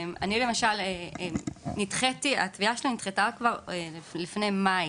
למשל, התביעה שלי נדחתה כבר לפני מאי